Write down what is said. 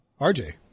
rj